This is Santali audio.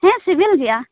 ᱦᱮᱸ ᱥᱤᱵᱤᱞ ᱜᱮᱭᱟ